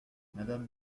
madame